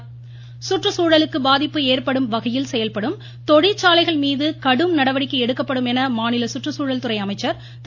ம் ம் ம் ம் ம கருப்பணன் சுற்றுச்சூழலுக்கு பாதிப்பு ஏற்படும் வகையில் செயல்படும் தொழிற்சாலைகள் மீது கடும் நடவடிக்கை எடுக்கப்படும் என மாநில சுற்றுச்சூழல் துறை அமைச்சர் திரு